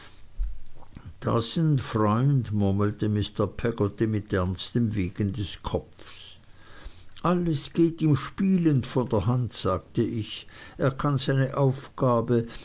s n freund murmelte mr peggotty mit ernstem wiegen des kopfes alles geht ihm spielend von der hand sagte ich er kann seine aufgabe